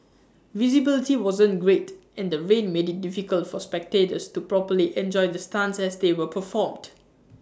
visibility wasn't great and the rain made IT difficult for spectators to properly enjoy the stunts as they were performed